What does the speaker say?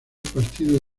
partido